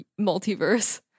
multiverse